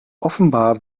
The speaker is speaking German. offenbar